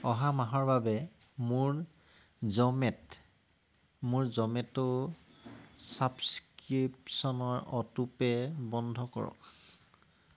অহা মাহৰ বাবে মোৰ জ'মেট মোৰ জ'মেট' ছাবস্ক্ৰিপশ্য়নৰ অ'টোপে' বন্ধ কৰক